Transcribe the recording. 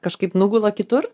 kažkaip nugula kitur